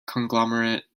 conglomerate